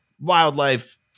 wildlife